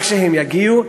רק שיגיעו,